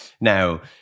Now